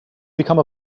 become